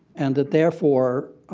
and that therefore,